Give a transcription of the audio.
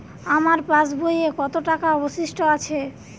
আমার পাশ বইয়ে কতো টাকা অবশিষ্ট আছে?